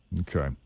Okay